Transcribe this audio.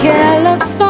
California